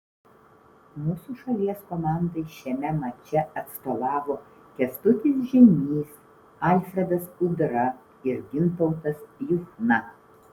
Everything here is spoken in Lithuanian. mūsų šalies komandai šiame mače atstovavo kęstutis žeimys alfredas udra ir gintautas juchna